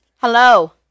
Hello